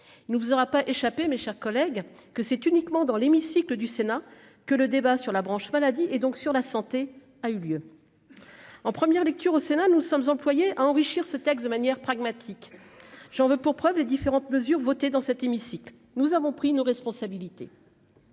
il ne vous aura pas échappé, mes chers collègues, que c'est uniquement dans l'hémicycle du Sénat que le débat sur la branche maladie, et donc sur la santé, a eu lieu en première lecture au Sénat, nous sommes employées à enrichir ce texte de manière pragmatique, j'en veux pour preuve les différentes mesures votées dans cet hémicycle, nous avons pris nos responsabilités.